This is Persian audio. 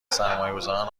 سرمایهگذاران